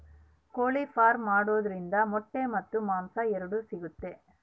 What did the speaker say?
ಕೋಳಿ ಫಾರ್ಮ್ ಮಾಡೋದ್ರಿಂದ ಮೊಟ್ಟೆ ಮತ್ತು ಮಾಂಸ ಎರಡು ಸಿಗುತ್ತೆ